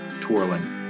twirling